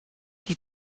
die